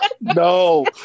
no